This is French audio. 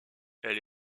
elle